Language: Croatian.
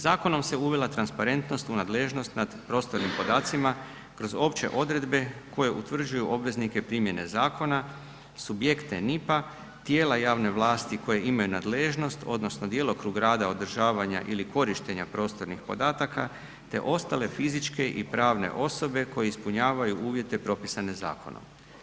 Zakonom se uvela transparentnost u nadležnost nad prostornim podacima kroz opće odredbe koje utvrđuju obveznike primjene zakona, subjekte NIP-a, tijela javne vlasti koji imaju nadležnost odnosno djelokrug rada održavanja ili korištenja prostornih podataka te ostale fizičke i pravne osobe koje ispunjavaju uvjete propisane zakonom.